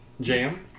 Jam